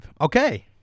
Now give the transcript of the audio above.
Okay